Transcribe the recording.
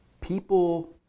People